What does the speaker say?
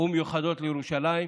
ומיוחדות לירושלים.